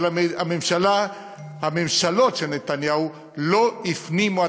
אבל הממשלות של נתניהו לא הפנימו,